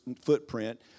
footprint